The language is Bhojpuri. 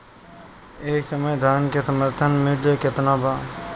एह समय धान क समर्थन मूल्य केतना बा?